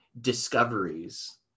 discoveries